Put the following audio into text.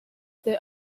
there